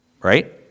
right